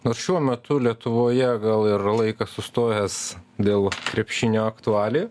nors šiuo metu lietuvoje gal ir laikas sustojęs dėl krepšinio aktualijų